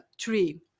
three